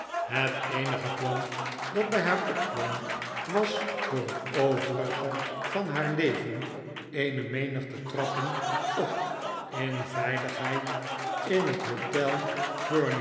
het eenige plan dat by haar opkwam was voor het overige van haar leven eene menigte trappen op in veiligheid in het hdtel